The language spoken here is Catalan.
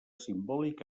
simbòlic